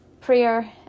prayer